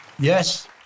Yes